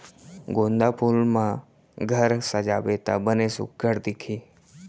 गोंदा फूल म घर सजाबे त बने सुग्घर दिखही